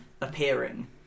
appearing